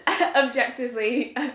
objectively